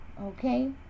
okay